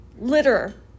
Litter